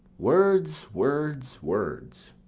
words, words, words.